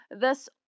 Thus